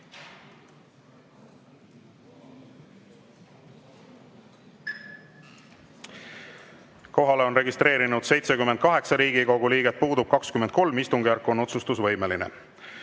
Kohalolijaks on registreerinud 78 Riigikogu liiget, puudub 23. Istungjärk on otsustusvõimeline.